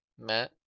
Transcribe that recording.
Matt